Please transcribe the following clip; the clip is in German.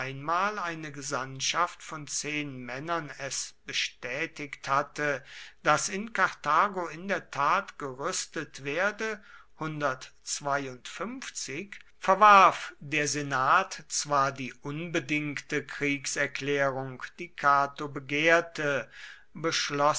einmal eine gesandtschaft von zehn männern es bestätigt hatte daß in karthago in der tat gerüstet werde verwarf der senat zwar die unbedingte kriegserklärung die cato begehrte